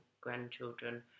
grandchildren